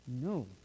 No